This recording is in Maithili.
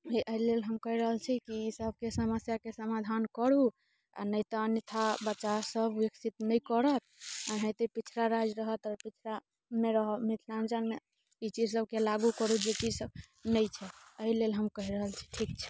एहि लेल हम कहि रहल छी कि सबके समस्याके समाधान करू आ नहि तऽ अन्यथा बच्चा सब विकसित नहि करत आ एनाहिते पिछड़ा राज्य रहत आओर पिछड़ा नहि मिथिलाञ्चलमे ई चीज सबके लागू करू जे चीज सब नहि छै एहि लेल हम कहि रहल छी ठीक छै